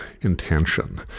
intention